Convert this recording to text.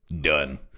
Done